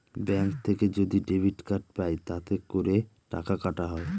bank থেকে যদি debit card পাই তাতে করে টাকা কাটা হয়